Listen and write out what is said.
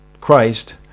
Christ